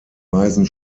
weisen